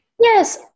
yes